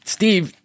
Steve